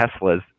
Teslas